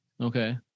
Okay